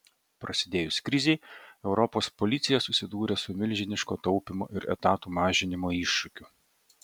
prasidėjus krizei europos policija susidūrė su milžiniško taupymo ir etatų mažinimo iššūkiu